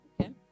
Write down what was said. Okay